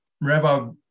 rabbi